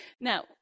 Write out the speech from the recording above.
Now